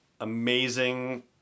amazing